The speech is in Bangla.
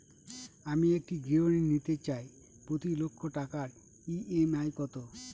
আমি একটি গৃহঋণ নিতে চাই প্রতি লক্ষ টাকার ই.এম.আই কত?